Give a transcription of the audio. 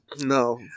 no